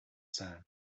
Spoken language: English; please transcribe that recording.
sand